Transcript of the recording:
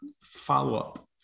follow-up